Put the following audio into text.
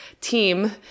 team